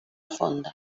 fonda